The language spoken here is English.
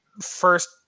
first